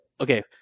okay